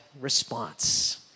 response